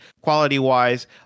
quality-wise